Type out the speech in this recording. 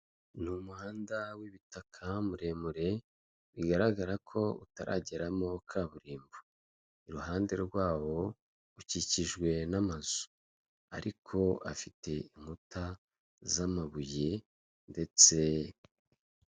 Ni umuhanda w'ibitaka muremure bigaragara ko utarageramo kaburimbo. Iruhande rwabo ukikijwe n'amazu ariko afite inkuta z'amabuye ndetse.